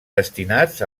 destinats